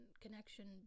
connection